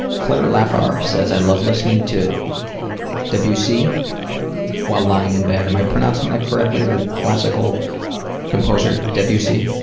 claire laffour says i love listening to debussy while lying in bed. am i pronouncing that correctly the classical composer debussy.